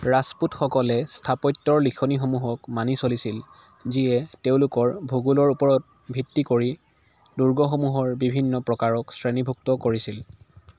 ৰাজপুতসকলে স্থাপত্যৰ লিখনিসমূহক মানি চলিছিল যিয়ে তেওঁলোকৰ ভূগোলৰ ওপৰত ভিত্তি কৰি দুৰ্গসমূহৰ বিভিন্ন প্ৰকাৰক শ্ৰেণীভুক্ত কৰিছিল